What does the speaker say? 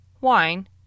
wine